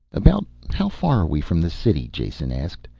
about how far are we from the city? jason asked.